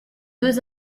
deux